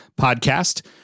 Podcast